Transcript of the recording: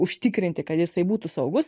užtikrinti kad jisai būtų saugus